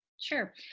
Sure